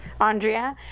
Andrea